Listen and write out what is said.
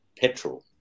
petrol